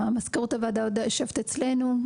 מזכירות הוועדה יושבת אצלנו.